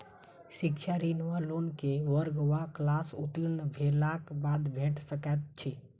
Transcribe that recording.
शिक्षा ऋण वा लोन केँ वर्ग वा क्लास उत्तीर्ण भेलाक बाद भेट सकैत छी?